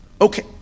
Okay